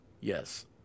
Yes